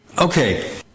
Okay